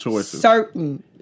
certain